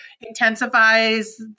intensifies